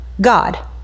God